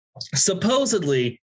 Supposedly